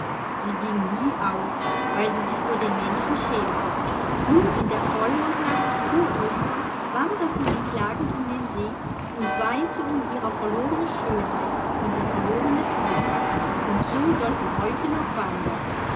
sie ging nie aus weil sie sich vor den menschen schämte nur in der vollmondnacht vor ostern wanderte sie klagend um den see und weinte um ihre verlorene schönheit und ihr verlorenes glück und so soll sie heute noch wandern